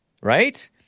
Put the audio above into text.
Right